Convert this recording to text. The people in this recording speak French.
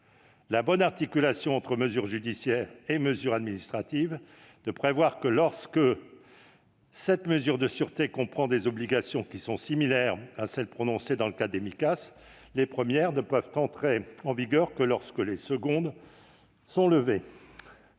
la bonne articulation entre mesure judiciaire et mesure administrative, de prévoir que, lorsque la mesure de sûreté comprend des obligations qui sont similaires à celles prononcées dans le cadre des Micas, les premières ne peuvent entrer en vigueur que lorsque les secondes sont levées.